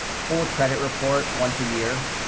pull a credit report once a year.